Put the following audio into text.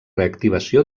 reactivació